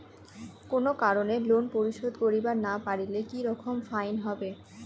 কোনো কারণে লোন পরিশোধ করিবার না পারিলে কি রকম ফাইন হবে?